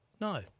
no